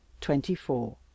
twenty-four